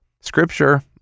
Scripture